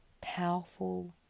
powerful